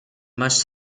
must